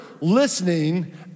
listening